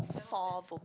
four vocal